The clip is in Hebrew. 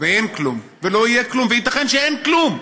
ואין כלום ולא יהיה כלום, וייתכן שאין כלום,